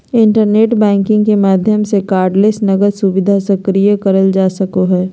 internet banking के माध्यम से कार्डलेस नकद सुविधा सक्रिय करल जा सको हय